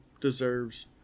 deserves